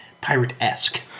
pirate-esque